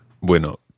Bueno